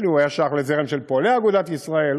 נדמה לי שהוא היה שייך לזרם של פועלי אגודת ישראל,